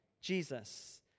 Jesus